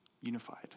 unified